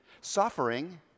Suffering